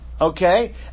okay